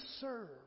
serve